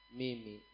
mimi